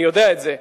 אני יודע את זה.